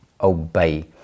obey